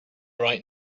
right